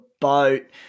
boat